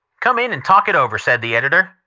come in and talk it over, said the editor,